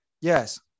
Yes